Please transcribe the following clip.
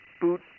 boot